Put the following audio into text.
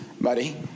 buddy